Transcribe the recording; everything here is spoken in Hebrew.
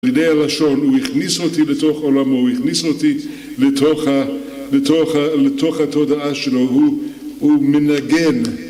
לידי הלשון. הוא הכניס אותי לתוך עולם, הוא הכניס אותי לתוך התודעה שלו, הוא מנגן